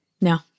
No